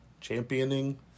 Championing